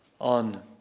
on